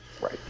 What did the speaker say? Right